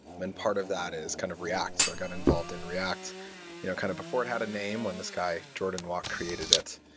part of that is kind of react, so i got involved in react you know kind of before it had a name, when this guy, jordan walke, created it.